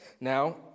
Now